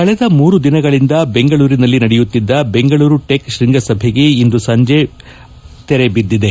ಕಳೆದ ಮೂರು ದಿನಗಳಿಂದ ಬೆಂಗಳೂರಿನಲ್ಲಿ ನಡೆಯುತ್ತಿದ್ದ ಬೆಂಗಳೂರು ಟೆಕ್ ಶೃಂಗಸಭೆಗೆ ಇಂದು ಸಂಜೆ ಮುಕ್ತಾಯಗೊಂಡಿದೆ